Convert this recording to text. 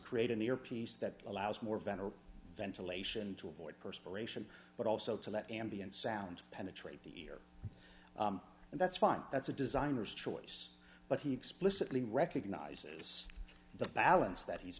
create a near piece that allows more venerable ventilation to avoid perspiration but also to let ambient sound penetrate the ear and that's fine that's a designer's choice but he explicitly recognizes the balance that he's